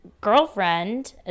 girlfriend